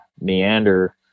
meander